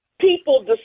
people